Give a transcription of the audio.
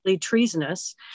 treasonous